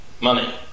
money